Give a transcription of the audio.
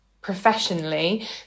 professionally